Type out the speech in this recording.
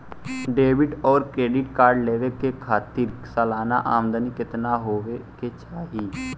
Debit और credit card लेवे के खातिर सलाना आमदनी कितना हो ये के चाही?